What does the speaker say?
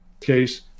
case